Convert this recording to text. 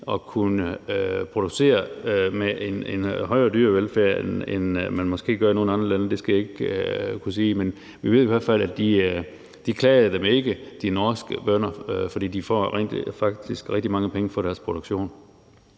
at kunne producere med en højere dyrevelfærd, end man gør i nogle andre lande. Det skal jeg ikke kunne sige, men vi ved i hvert fald, at de norske bønder ikke klager, for de får rent faktisk rigtig mange penge for det, de producerer.